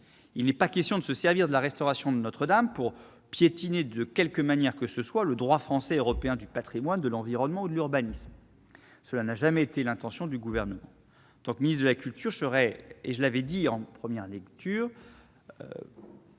Il n'est pas question de se servir de la restauration de Notre-Dame pour piétiner, de quelque manière que ce soit, le droit français et européen du patrimoine, de l'environnement, ou de l'urbanisme. Cela n'a jamais été l'intention du Gouvernement. En tant que ministre de la culture, je serai le garant inlassable de